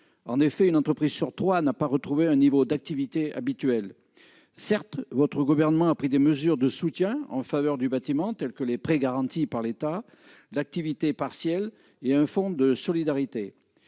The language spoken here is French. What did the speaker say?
normal : une entreprise sur trois n'a pas retrouvé un niveau d'activité habituel. Certes, votre gouvernement a pris des mesures de soutien en faveur du bâtiment, telles que les prêts garantis par l'État, l'activité partielle et un fonds de solidarité,